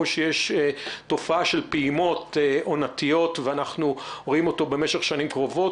או שיש תופעה של פעימות עונתיות ואנחנו רואים אותו במשך שנים קרובות.